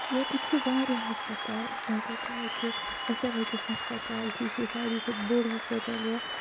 ییٚتہِ چھِ واریاہ ہَسپَتال مٲنِو تُہۍ ییٚتہِ چھُ ایٚس ایٚم ایچ ایٚس ہَسپَتال چھ یہِ چھُ سٲروٕے کھۄتہٕ بوٚڑ ہَسپَتال یا